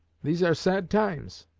these are sad times,